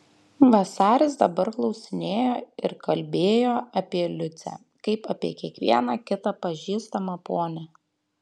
vasaris dabar klausinėjo ir kalbėjo apie liucę kaip apie kiekvieną kitą pažįstamą ponią